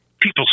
people